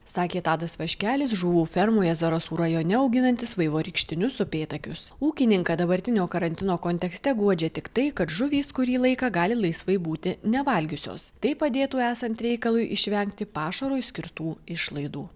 sakė tadas vaškelis žuvų fermoje zarasų rajone auginantis vaivorykštinius upėtakius ūkininką dabartinio karantino kontekste guodžia tik tai kad žuvys kurį laiką gali laisvai būti nevalgiusios tai padėtų esant reikalui išvengti pašarui skirtų išlaidų